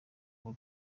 uba